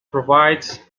provides